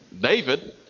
David